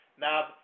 Now